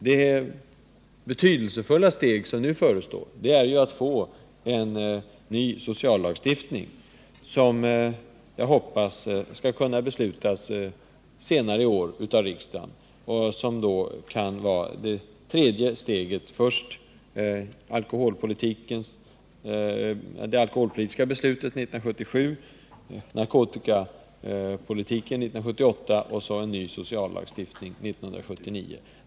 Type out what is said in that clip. Det betydelsefulla steg som nu förestår är att få en ny sociallagstiftning, som jag hoppas att riksdagen senare i år skall kunna fatta beslut om och som kan bli det tredje steget; det första var det alkoholpolitiska beslutet 1977, det andra var beslutet om narkotikapolitiken 1978, och nu får vi en ny sociallagstiftning 1979.